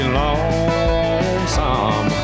lonesome